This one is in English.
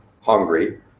hungry